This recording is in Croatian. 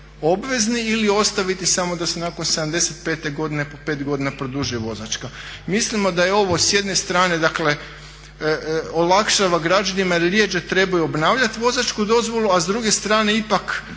obvezni ili ostaviti samo da se nakon 75. godine po 5 godina produžuje vozačka. Mislimo da je ovo s jedne srane dakle olakšava građanima jer rjeđe trebaju obnavljat vozačku dozvolu, a s druge strane ipak